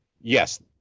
Yes